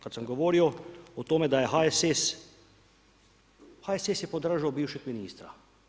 Kad sam govorio o tome da je HSS, HSS je podržao bivšeg ministra.